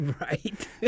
Right